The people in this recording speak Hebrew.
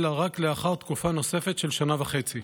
אלא רק לאחר תקופה נוספת של שנה וחצי.